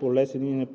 по лесен и